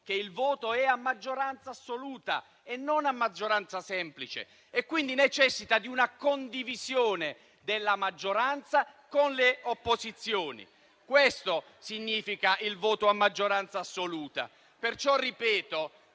che il voto è a maggioranza assoluta, non a maggioranza semplice, e quindi necessita di una condivisione della maggioranza con le opposizioni. Questo significa il voto a maggioranza assoluta. Perciò ripeto